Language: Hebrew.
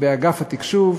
באגף התקשוב,